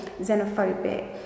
xenophobic